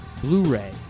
Blu-ray